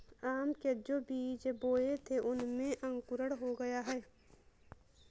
आम के जो बीज बोए थे उनमें अंकुरण हो गया है